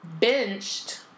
benched